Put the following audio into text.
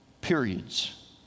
periods